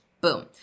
Boom